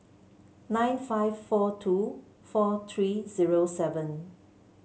nine five four two four three zero seven